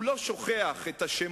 הוא לא שוכח את השמות